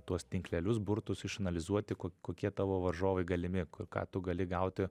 tuos tinklelius burtus išanalizuoti ko kokie tavo varžovai galimi kur ką tu gali gauti